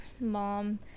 mom